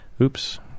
Oops